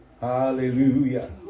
Hallelujah